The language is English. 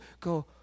go